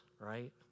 right